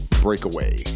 Breakaway